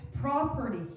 property